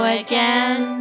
again